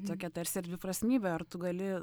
tokia tarsi ir dviprasmybė ar tu gali